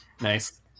Nice